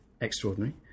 extraordinary